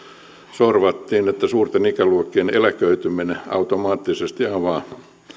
sorvattiin että suurten ikäluokkien eläköityminen automaattisesti avaa